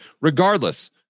regardless